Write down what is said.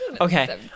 Okay